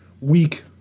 weak